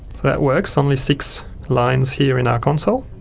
that works only six lines here in our console